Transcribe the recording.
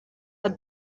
are